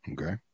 Okay